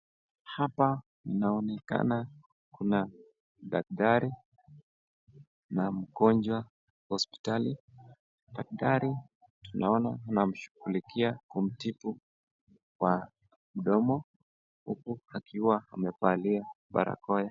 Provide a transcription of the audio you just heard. Hapa inaonekana kuna daktari na mgonjwa hospitali. Daktari tunaona anamshughulikia kumtibu kwa mdomo huku akiwa amevalia barakoa.